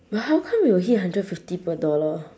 but how come you will hit hundred fifty per dollar